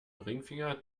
ringfinger